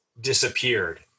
disappeared